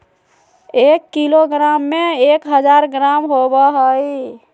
एक किलोग्राम में एक हजार ग्राम होबो हइ